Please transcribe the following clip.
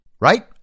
right